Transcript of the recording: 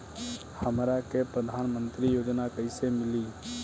हमरा के प्रधानमंत्री योजना कईसे मिली?